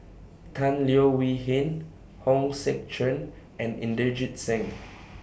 Tan Leo Wee Hin Hong Sek Chern and Inderjit Singh